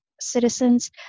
citizens